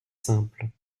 simple